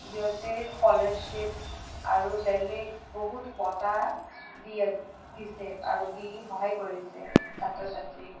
সিহঁতে স্কলাৰশ্বিপছ্ আৰু বেলেগ বহুত বঁটা দি দিছে আৰু দি সহায় কৰিছে ছাত্ৰ ছাত্ৰীক